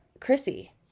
Chrissy